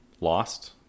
lost